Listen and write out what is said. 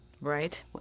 Right